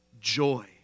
joy